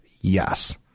Yes